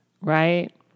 Right